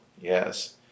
Yes